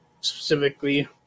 specifically